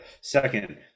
second